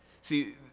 See